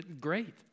Great